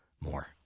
more